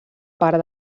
part